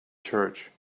church